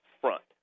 front